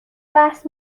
بحث